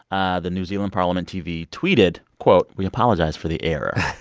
ah the new zealand parliament tv tweeted, quote, we apologize for the error.